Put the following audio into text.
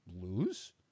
Lose